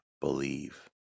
believe